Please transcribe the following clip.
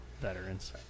veterans